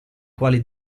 quali